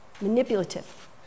manipulative